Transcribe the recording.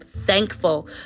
thankful